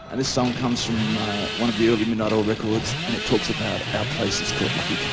and this song comes from one of the early midnight oil records and it talks about our place that's called lucky